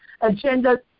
Agenda